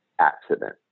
accident